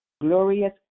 Glorious